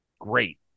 great